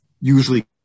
usually